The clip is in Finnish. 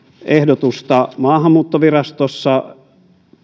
ehdotusta maahanmuuttovirastossa